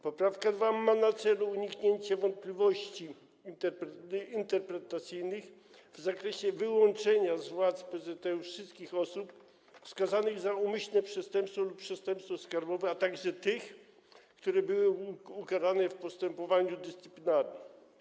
Poprawka 2. ma na celu uniknięcie wątpliwości interpretacyjnych w zakresie wyłączenia z władz PZŁ wszystkich osób skazanych za umyślne przestępstwo lub przestępstwo skarbowe, a także tych, które były ukarane w postępowaniu dyscyplinarnym.